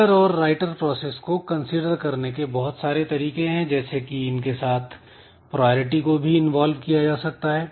reader और writer process को consider करने के बहुत सारे तरीके हैं जैसे कि इनके साथ प्रायरिटी को भी इंवॉल्व किया जा सकता है